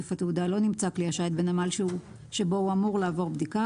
תוקף התעודה לא נמצא כל השיט בנמל שבו הוא אמור לעבור בדיקה,